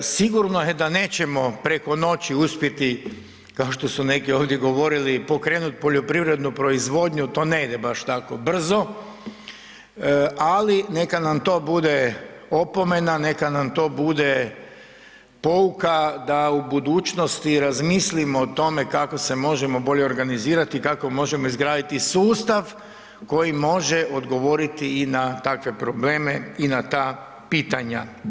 Ovako sigurno je da nećemo preko noći uspjeti kao što su neki ovdje govorili pokrenuti poljoprivrednu proizvodnju, to ne ide baš tako brzo, ali neka nam to bude opomena, neka nam to bude pouka da u budućnosti razmislimo o tome kako se možemo bolje organizirati i kako možemo izgraditi sustav koji može odgovoriti i na takve probleme i na ta pitanja.